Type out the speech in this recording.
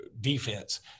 defense